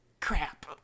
crap